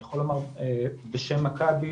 אני יכול לומר בשם מכבי,